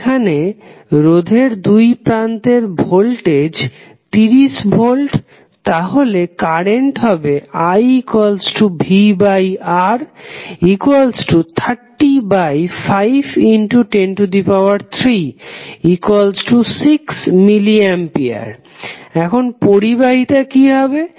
তো এখানে রোধের দুই প্রান্তের ভোল্টেজ 30 ভোল্ট তাহলে কারেন্ট হবে ivR3051036 মিলি আম্পিয়ার এখন পরিবাহিতা কি হবে